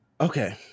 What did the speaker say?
Okay